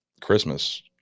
christmas